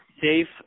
safe